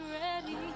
ready